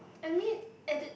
and mean at the